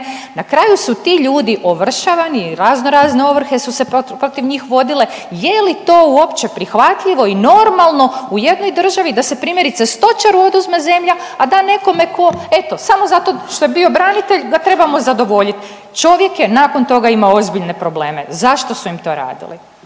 Na kraju su ti ljudi ovršavani. Raznorazne ovrhe su se protiv njih vodile. Je li to uopće prihvatljivo i normalno u jednoj državi da se primjerice stočaru oduzme zemlja, a da nekome tko eto samo zato što je bio branitelj da trebamo zadovoljiti? Čovjek je nakon toga imao ozbiljne probleme. Zašto su im to radili?